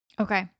Okay